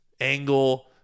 angle